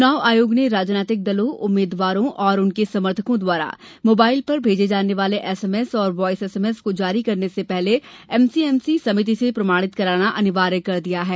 चुनाव आयोग ने राजनीतिक दलों उम्मीद्वारों एवं उनके समर्थकों द्वारा मोबाइल पर भेजे जाने वाले एसएमएस और वायस एसएमएस को जारी करने से पहले एम सी एम सी समिति से प्रमाणित कराना अनिवार्य कर दिया है